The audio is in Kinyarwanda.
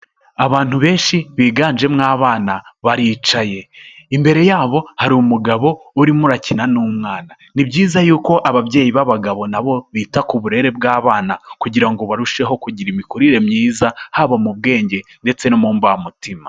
Abantu benshi biganjemo abana baricaye. Imbere yabo hari umugabo urimo urakina n'umwana. Ni byiza yuko ababyeyi b'abagabo na bo bita ku burere bw'abana kugira ngo barusheho kugira imikurire myiza haba mu bwenge ndetse no mu mbamutima.